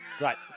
Right